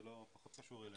זה פחות קשור אלינו.